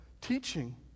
teaching